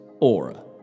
Aura